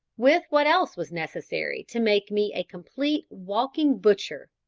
with what else was necessary to make me a complete walking butcher,